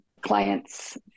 clients